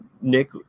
Nick